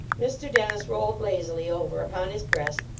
mr dennis rolled lazily over upon his breast,